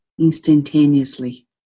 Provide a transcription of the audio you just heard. instantaneously